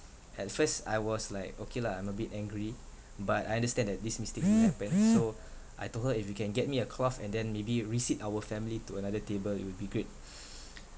at first I was like okay lah I'm a bit angry but I understand that these mistakes happen so I told her if you can get me a cloth and then maybe resit our family to another table it will be great